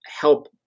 help